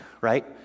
right